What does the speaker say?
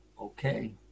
okay